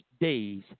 days